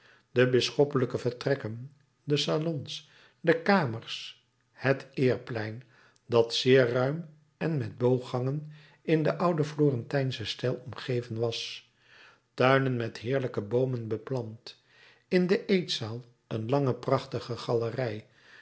de bisschoppelijke vertrekken de salons de kamers het eerplein dat zeer ruim en met booggangen in den ouden florentijnschen stijl omgeven was tuinen met heerlijke boomen beplant in de eetzaal een lange prachtige galerij